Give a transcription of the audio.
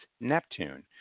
Neptune